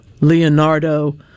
Leonardo